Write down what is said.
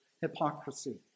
hypocrisy